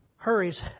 hurries